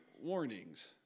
warnings